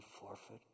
forfeit